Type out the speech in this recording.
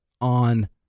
on